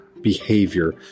behavior